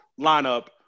lineup